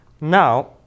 Now